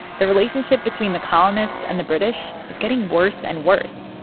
the relationship between the colonists and the british was getting worse and worse,